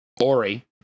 Ori